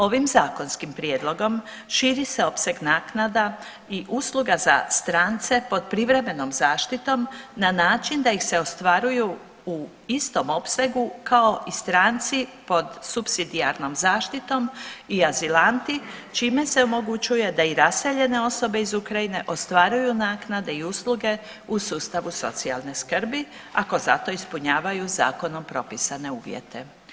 Ovim zakonskim prijedlogom širi se opseg naknada i usluga za strance pod privremenom zaštitom na način da iz se ostvaruju u istom opsegu kao i stranci pod supsidijarnom zaštitom i azilanti čime se omogućuje da i raseljene osobe iz Ukrajine ostvaruju naknade i usluge u sustavu socijalne skrbi ako za to ispunjavaju zakonom propisane uvjete.